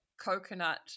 coconut